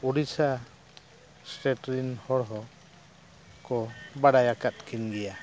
Odisha state ᱨᱮᱱ ᱦᱚᱲ ᱦᱚᱸ ᱠᱚ ᱵᱟᱰᱟᱭ ᱟᱠᱟᱫ ᱠᱤᱱ ᱜᱮᱭᱟ